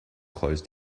closed